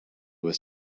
was